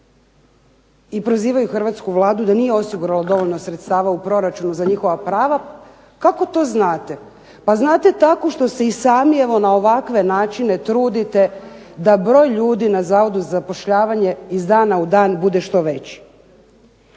i prozivaju hrvatsku Vladu da nije osigurala dovoljno sredstava u proračunu za njihova prava kako to znate? Pa znate tako što se i sami evo na ovakve načine trudite da broj ljudi na Zavodu za zapošljavanje iz dana u dan bude što veći.